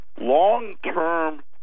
Long-term